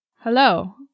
Hello